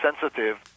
sensitive